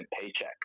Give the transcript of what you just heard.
paycheck